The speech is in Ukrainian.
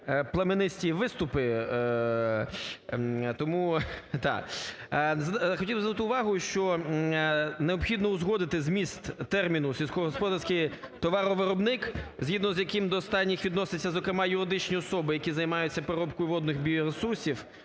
пламенисті виступи, тому, так. Хотів би звернути увагу, що необхідно узгодити зміст терміну "сільськогосподарський товаровиробник", згідно з яким до останніх відноситься, зокрема юридичні особи, які займаються переробкою водних біоресурсів